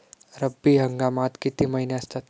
रब्बी हंगामात किती महिने असतात?